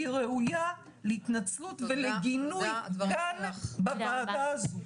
והיא ראויה להתנצלות ולגינוי גם בוועדה הזאת.